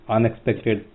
Unexpected